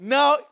now